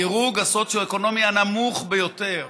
הדירוג הסוציו-אקונומי הנמוך ביותר.